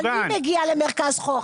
אבל מי מגיע למרכז חוסן?